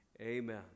Amen